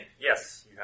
yes